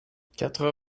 quatre